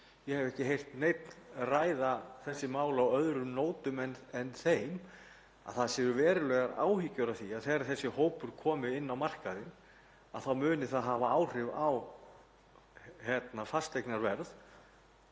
ég hef ekki heyrt neinn ræða þessi mál á öðrum nótum en þeim að menn hafi verulegar áhyggjur af því að þegar þessi hópur kemur inn á markaðinn muni það hafa áhrif á fasteignaverð